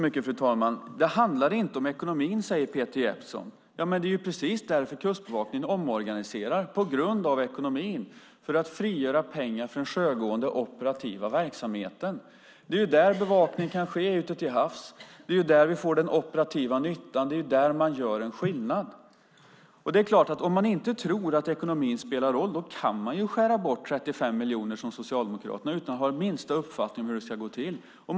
Fru talman! Det handlar inte om ekonomin, säger Peter Jeppsson. Men det är ju på grund av ekonomin som Kustbevakningen omorganiserar, för att frigöra pengar för den sjögående operativa verksamheten. Det är där bevakning kan ske ute till havs, det är där vi får den operativa nyttan, det är där man gör skillnad. Om man inte tror att ekonomin spelar roll kan man som Socialdemokraterna gör skära bort 35 miljoner utan att ha minsta uppfattning om hur det ska gå till.